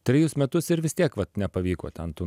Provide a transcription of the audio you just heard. trejus metus ir vis tiek vat nepavyko ten tų